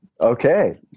Okay